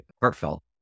heartfelt